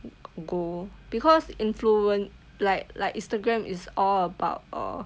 go because influence like like Instagram is all about err